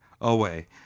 away